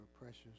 precious